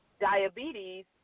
diabetes